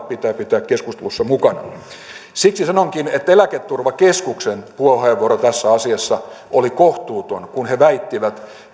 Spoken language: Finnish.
pitää pitää keskustelussa mukana siksi sanonkin että eläketurvakeskuksen puheenvuoro tässä asiassa oli kohtuuton kun kun he väittivät